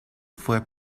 fue